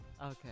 Okay